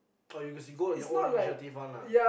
oh you must be go on your own initiative [one] lah